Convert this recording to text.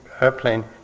airplane